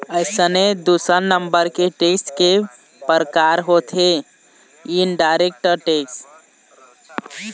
अइसने दूसर नंबर के टेक्स के परकार होथे इनडायरेक्ट टेक्स